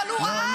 אבל הוא ראה,